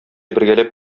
бергәләп